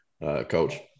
Coach